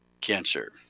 cancer